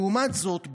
לעומת זאת,